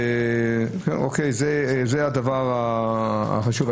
זה הדבר החשוב.